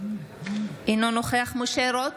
אינו נוכח משה רוט,